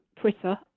Twitter